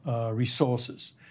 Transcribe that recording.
resources